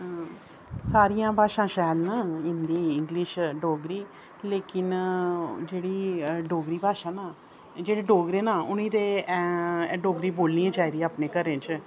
हां सारियां भाशा शैल ना हिन्दी इंगलिश डोगरी लेकिन जेहड़ी डोगरी भाशा ना जेहड़े डोगरे ना उनें ना डोगरी बोलनी गै चाहिदी अपने घरें च